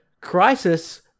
crisis